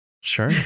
Sure